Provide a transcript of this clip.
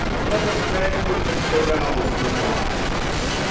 let us banquet and carouse the whiles.